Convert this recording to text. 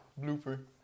blooper